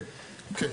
כן.